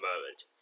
moment